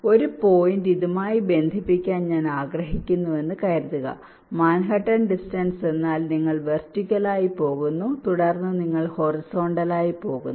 ഒരു പോയിന്റ് ഇതുമായി ബന്ധിപ്പിക്കാൻ ഞാൻ ആഗ്രഹിക്കുന്നുവെന്ന് കരുതുക മാൻഹട്ടൻ ഡിസ്റ്റൻസ് എന്നാൽ നിങ്ങൾ വെർട്ടിക്കലായി പോകുന്നു തുടർന്ന് നിങ്ങൾ ഹൊറിസോണ്ടലായി പോകുന്നു